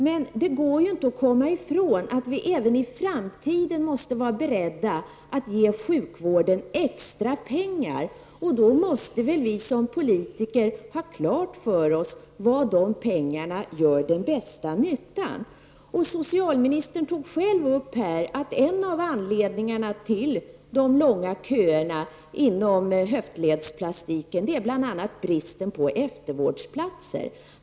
Det går emellertid inte att komma ifrån att vi även i framtiden måste vara beredda att ge sjukvården extra pengar. Då måste väl vi som politiker ha klart för oss var dessa pengar gör bäst nytta. Socialministern tog själv upp att en av anledningarna till de långa köerna inom höftledsplastiken är bristen på eftervårdsplatser.